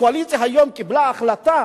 הקואליציה היום קיבלה החלטה,